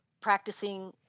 practicing